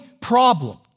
problem